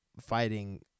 fighting